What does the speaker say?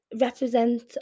represent